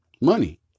money